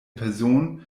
person